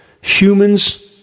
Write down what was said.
Humans